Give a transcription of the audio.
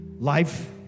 life